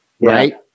right